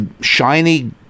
shiny